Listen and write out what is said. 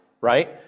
right